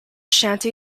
shanty